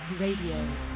Radio